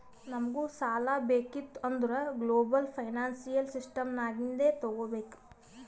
ನಮುಗ್ ಸಾಲಾ ಬೇಕಿತ್ತು ಅಂದುರ್ ಗ್ಲೋಬಲ್ ಫೈನಾನ್ಸಿಯಲ್ ಸಿಸ್ಟಮ್ ನಾಗಿಂದೆ ತಗೋಬೇಕ್